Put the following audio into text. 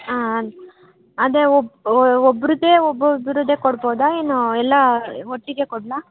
ಆಂ ಅದು ಅದೇ ಒಬ್ ಒಬ್ರದೇ ಒಬ್ಬೊಬ್ರದೇ ಕೊಡ್ಬೋದಾ ಏನೋ ಎಲ್ಲ ಒಟ್ಟಿಗೆ ಕೊಡಲಾ